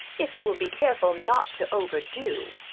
if you will be careful not to overdo.